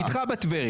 אני איתך בטבריה.